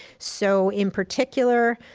so in particular,